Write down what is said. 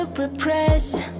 Repress